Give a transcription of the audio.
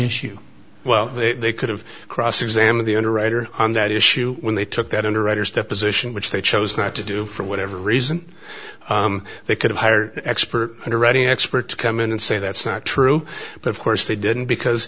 issue well they could have cross examined the underwriter on that issue when they took that underwriters deposition which they chose not to do for whatever reason they could have hired expert underwriting expert to come in and say that's not true but of course they didn't because